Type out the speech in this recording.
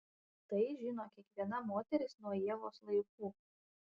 tai žino kiekviena moteris nuo ievos laikų